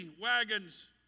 wagons